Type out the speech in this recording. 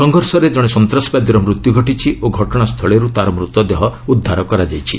ସଂଘର୍ଷରେ ଜଣେ ସନ୍ତାସବାଦୀର ମୃତ୍ୟୁ ଘଟିଛି ଓ ଘଟଣାସ୍ଥଳୀରୁ ତା'ର ମୃତଦେହ ଉଦ୍ଧାର କରାଯାଇଛି